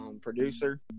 producer